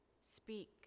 speak